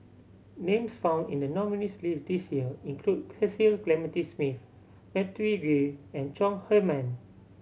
names found in the nominees' list this year include Cecil Clementi Smith Matthew Ngui and Chong Heman